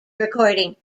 recording